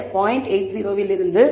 80 இல் இருந்து 0